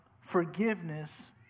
forgiveness